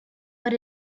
but